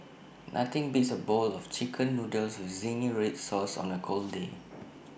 nothing beats A bowl of Chicken Noodles with Zingy Red Sauce on A cold day